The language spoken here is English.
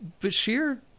Bashir